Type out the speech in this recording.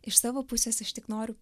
iš savo pusės aš tik noriu